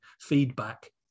feedback